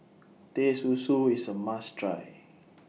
Teh Susu IS A must Try